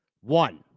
One